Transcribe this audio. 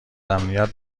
امنیت